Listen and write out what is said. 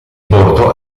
bordo